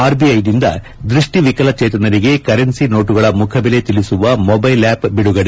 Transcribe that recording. ಆರ್ಬಿಐನಿಂದ ದೃಷ್ಟಿ ವಿಕಲಚೇತನರಿಗೆ ಕರೆನ್ಸಿ ನೋಟುಗಳ ಮುಖಬೆಲೆ ತಿಳಿಸುವ ಮೊಬೈಲ್ ಆಪ್ ಬಿಡುಗಡೆ